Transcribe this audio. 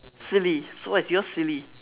silly so what is your silly